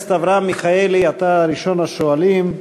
הכנסת אברהם מיכאלי, אתה ראשון השואלים.